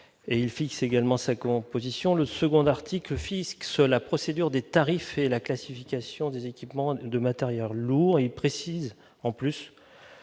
-et fixe également sa composition. Le second article arrête la procédure des tarifs et la classification des équipements matériels lourds. Il précise